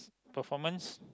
performance